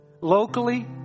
locally